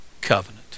covenant